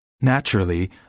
Naturally